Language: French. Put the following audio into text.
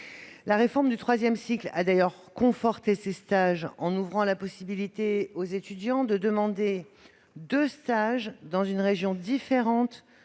La réforme du troisième cycle a d'ailleurs conforté ces stages en ouvrant la possibilité aux étudiants de demander deux stages dans une région différente